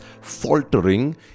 faltering